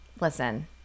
listen